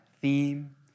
theme